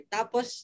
Tapos